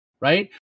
Right